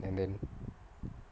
and then